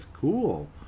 cool